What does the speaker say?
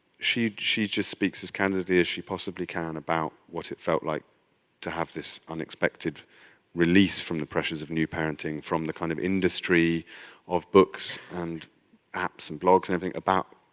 she she just speaks as candidly as she possibly can about what it felt like to have this unexpected release from the pressures of new parenting from the kind of industry of books and apps and blogs and everything, about